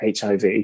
HIV